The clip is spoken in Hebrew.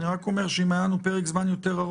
אני רק אומר שאם היה לנו פרק זמן יותר ארוך,